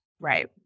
right